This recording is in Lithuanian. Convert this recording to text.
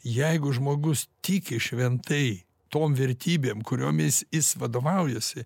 jeigu žmogus tiki šventai tom vertybėm kuriomis jis vadovaujasi